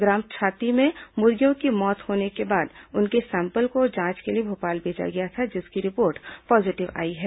ग्राम छाती में मुर्गियों की मौत होने के बाद उनके सैंपल को जांच के लिए भोपाल भेजा गया था जिसकी रिपोर्ट पॉजीटिव आई है